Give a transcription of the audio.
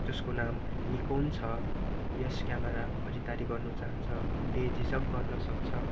जसको नाम निकोन छ यस क्यामराको खरिददारी गर्नु चाहन्छ बेझिझक गर्नसक्छ